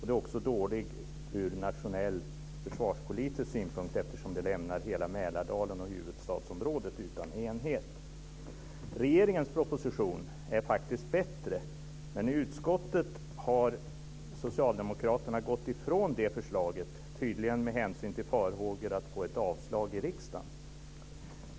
Det är också dåligt ur nationell försvarspolitisk synpunkt eftersom det lämnar hela Mälardalen och huvudstadsområdet utan enhet. Regeringens proposition är faktiskt bättre, men i utskottet har socialdemokraterna gått ifrån det förslaget, tydligen med hänsyn till farhågor att få ett avslag i riksdagen.